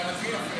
אתה מקריא יפה.